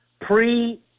Pre